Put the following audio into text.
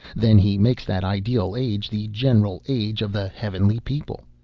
then he makes that ideal age the general age of the heavenly people.